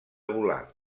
volar